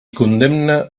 condemne